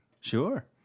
Sure